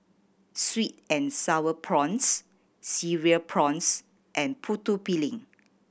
sweet and Sour Prawns Cereal Prawns and Putu Piring